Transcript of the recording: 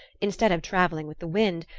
instead of travelling with the wind,